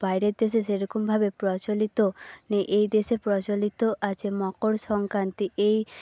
বাইরের দেশে সেরকমভাবে প্রচলিত নেই এই দেশে প্রচলিত আছে মকর সংক্রান্তি এই